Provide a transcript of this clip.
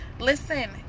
Listen